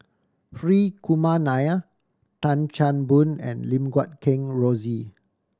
Hri Kumar Nair Tan Chan Boon and Lim Guat Kheng Rosie